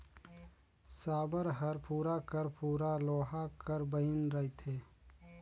साबर हर पूरा कर पूरा लोहा कर बइन रहथे